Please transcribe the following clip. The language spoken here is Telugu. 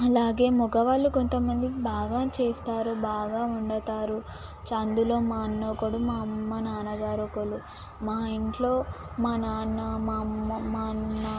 అలాగే మగవాళ్ళు కొంత మంది బాగా చేస్తారు బాగా వండుతారు అందులో మా అన్న ఒకడు మా అమ్మ నాన్నగారు ఒకరు మా ఇంట్లో మా నాన్న మా అమ్మ మా అన్న